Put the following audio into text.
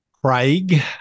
Craig